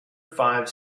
five